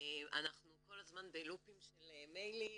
אנחנו כל הזמן בלופים של מיילים,